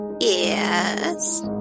Yes